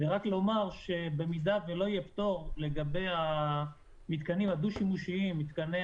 ורק לומר שאם לא יהיה פטור לגבי המתקנים הדו-שימושיים מתקני